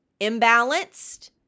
imbalanced